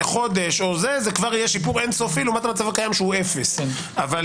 חודש או זה יהיה כבר שיפור אין סופי לעומת המצב הקיים שהוא 0. בבקשה.